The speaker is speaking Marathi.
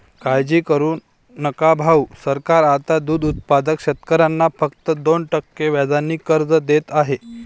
काळजी करू नका भाऊ, सरकार आता दूध उत्पादक शेतकऱ्यांना फक्त दोन टक्के व्याजाने कर्ज देत आहे